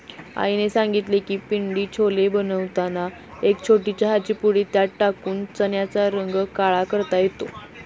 आईने सांगितले की पिंडी छोले बनवताना एक छोटी चहाची पुडी त्यात टाकून चण्याचा रंग काळा करता येतो